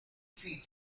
feet